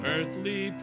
Earthly